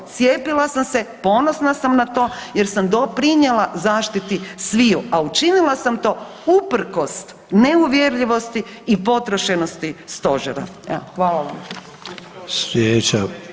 Cijepila sam se, ponosna sam na to jer sam doprinijela zaštiti sviju a učinila sam to usprkos neuvjerljivosti i potrošenosti Stožera.